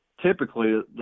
typically